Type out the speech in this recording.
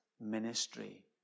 ministry